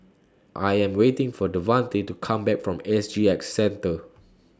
I Am waiting For Devante to Come Back from S G X Centre